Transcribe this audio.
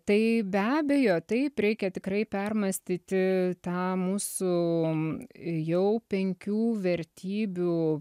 tai be abejo taip reikia tikrai permąstyti tą mūsų jau penkių vertybių